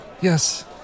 yes